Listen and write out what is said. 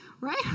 Right